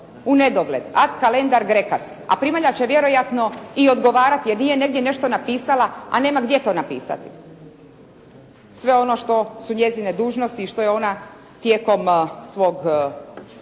u nedogled, act kalendar graekas, a primalja će vjerojatno i odgovarati jer nije negdje nešto napisala, a nema gdje to napisati. Sve ono što su njezine dužnosti i što je ona tijekom svog